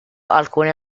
alcune